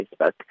Facebook